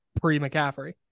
pre-McCaffrey